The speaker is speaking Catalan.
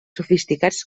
sofisticats